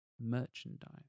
merchandise